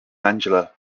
angela